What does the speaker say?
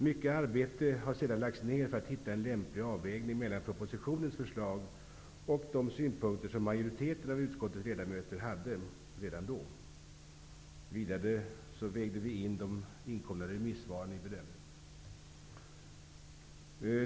Mycket arbete har sedan lagts ned för att hitta en lämplig avvägning mellan propositionens förslag och de synpunkter som majoriteten av utskottets ledamöter redan då hade. Vidare vägdes de inkomna remissvaren in i bedömningen.